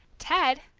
ted,